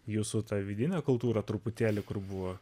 jūsų tą vidinę kultūrą truputėlį kur buvo